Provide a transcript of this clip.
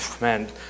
man